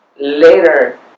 later